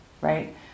right